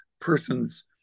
person's